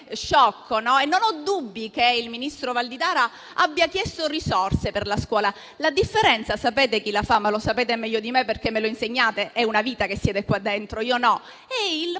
sciocco, no? E non ho dubbi che il ministro Valditara abbia chiesto risorse per la scuola. La differenza sapete chi la fa? E lo sapete meglio di me, perché me lo insegnate, visto che da una vita siete qua dentro, mentre io